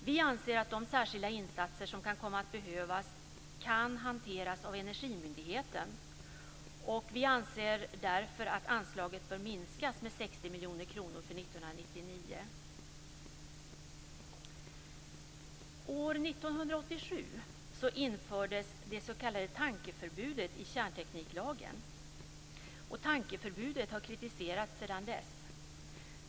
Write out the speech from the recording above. Vi anser att de särskilda insatser som kan komma att behövas kan hanteras av Energimyndigheten, och vi anser därför att anslaget bör minskas med 60 miljoner kronor för 1999. År 1987 infördes det s.k. tankförbudet i kärntekniklagen. Tankförbudet har kritiserats sedan dess.